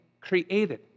created